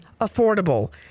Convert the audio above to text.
affordable